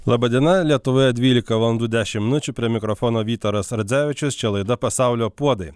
laba diena lietuvoje dvylika valandų dešimt minučių prie mikrofono vytaras radzevičius čia laida pasaulio puodai